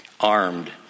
armed